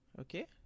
okay